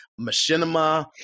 machinima